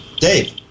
Dave